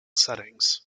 settings